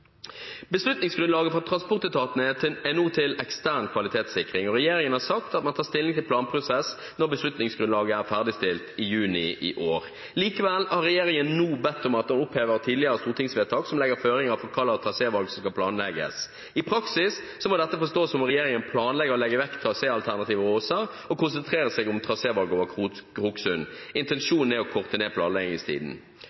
Beslutningsgrunnlaget fra transportetatene er nå til ekstern kvalitetssikring, og regjeringen har sagt at man tar stilling til planprosessen når beslutningsgrunnlaget er ferdigstilt i juni i år. Likevel har regjeringen nå bedt om at man opphever tidligere stortingsvedtak, som legger føringer for hvilke trasévalg som skal planlegges. I praksis må dette forstås som at regjeringen planlegger å legge vekk traséalternativet over Åsa og konsentrere seg om trasévalg over Kroksund. Intensjonen er å korte ned